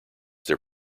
their